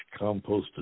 composted